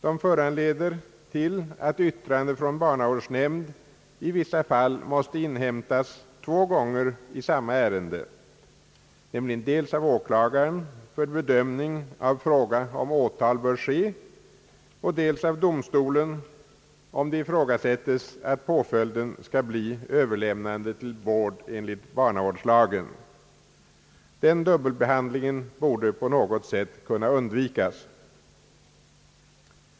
De medför nämligen, att yttrande från barnavårdsnämnd 1 vissa fall måste inhämtas två gånger i samma ärende, dels av åklagaren för bedömning av frågan om huruvida åtal bör ske och dels av domstolen såvida det ifrågasättes att påföljden skall bli överlämnande till vård enligt barnavårdslagen. Den <dubbelbehandlingen borde på något sätt kunna undvikas.